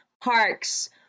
parks